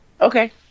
Okay